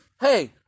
Hey